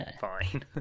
fine